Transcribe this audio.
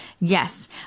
Yes